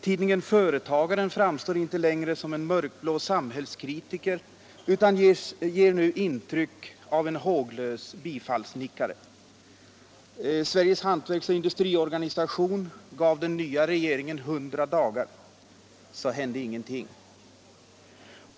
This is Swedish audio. Tidningen Företagaren framstår inte längre som en mörkblå samhällskritiker utan ger nu intryck av en håglös bifallsnickare. Sveriges hantverksoch industriorganisation gav den nya regeringen hundra dagar men ingenting hände.